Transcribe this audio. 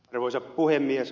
arvoisa puhemies